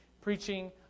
preaching